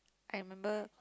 I remember